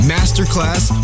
Masterclass